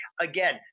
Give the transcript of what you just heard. Again